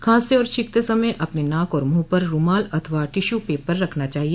खांसते और छींकते समय अपने नाक और मुंह पर रूमाल अथवा टिश्यू पेपर रखना चाहिए